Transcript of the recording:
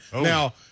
Now